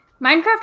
minecraft